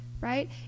Right